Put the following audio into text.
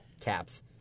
Caps